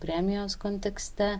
premijos kontekste